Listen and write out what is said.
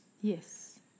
Yes